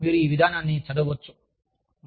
మరియు మీరు ఈ విధానాన్ని చదవవచ్చు